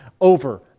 over